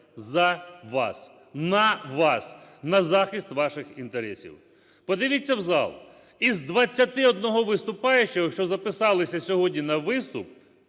за вас, на вас, на захист ваших інтересів. Подивіться в зал: із 21 виступаючого, що записалися сьогодні на виступ,